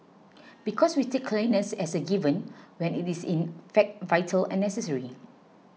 because we take cleanliness as a given when it is in fact vital and necessary